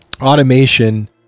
automation